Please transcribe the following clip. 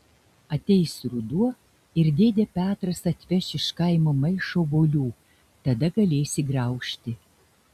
ateis ruduo ir dėdė petras atveš iš kaimo maišą obuolių tada galėsi graužti